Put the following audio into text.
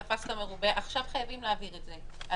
עכשיו חייבים להעביר את זה.